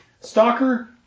Stalker